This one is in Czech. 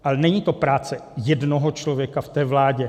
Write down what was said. Ale není to práce jednoho člověka v té vládě.